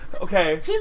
Okay